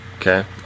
Okay